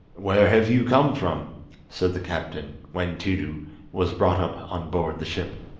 where have you come from said the captain, when tiidu was brought up on board the ship.